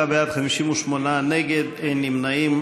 57 בעד, 58 נגד, אין נמנעים.